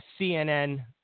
CNN